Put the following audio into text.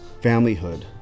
familyhood